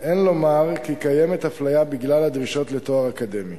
אין לומר כי קיימת אפליה בגלל הדרישות לתואר אקדמי,